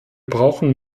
brauchen